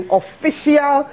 official